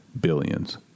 billions